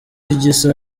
igisa